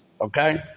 okay